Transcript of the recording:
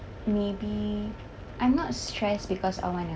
maybe I'm not stress because of money